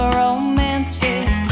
romantic